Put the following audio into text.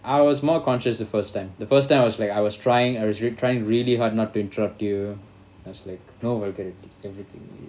I was more conscious the first time the first time I was like I was trying I was really trying really hard not to interrupt you and I was like everything